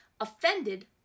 offended